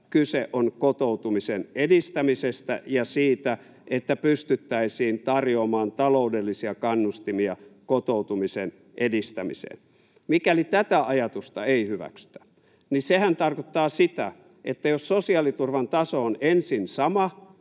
Kyse on kotoutumisen edistämisestä ja siitä, että pystyttäisiin tarjoamaan taloudellisia kannustimia kotoutumisen edistämiseen. Mikäli tätä ajatusta ei hyväksytä, niin sehän tarkoittaa sitä, että jos sosiaaliturvan taso on ensin sama,